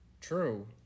true